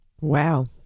Wow